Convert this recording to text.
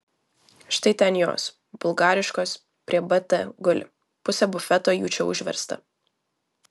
štai ten jos bulgariškos prie bt guli pusė bufeto jų čia užversta